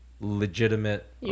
legitimate